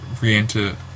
re-enter